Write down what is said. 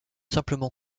simplement